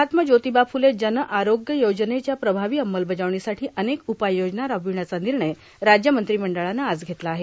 महात्मा ज्योतिबा फ्रले जनआरोग्य योजनेच्या प्रभावी अंमलबजावणीसाठी अनेक उपाय योजना राबविण्याचा निर्णय राज्य मंत्रिमंडळानं आज घेतला आहे